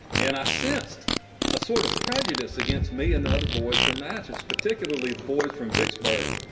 and i sensed a sort of prejudice against me and the other boys from natchez, particularly the boys from vicksburg,